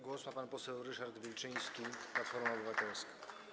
Głos ma pan poseł Ryszard Wilczyński, Platforma Obywatelska.